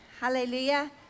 hallelujah